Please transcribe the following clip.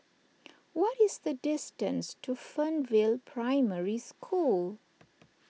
what is the distance to Fernvale Primary School